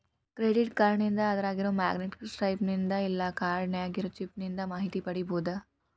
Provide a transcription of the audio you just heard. credit ಕಾರ್ಡ್ನಿಂದ ಅದ್ರಾಗಿರೊ magnetic stripe ನಿಂದ ಇಲ್ಲಾ ಕಾರ್ಡ್ ನ್ಯಾಗಿರೊ ಚಿಪ್ ನಿಂದ ಮಾಹಿತಿ ಪಡಿಬೋದು